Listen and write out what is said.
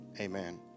amen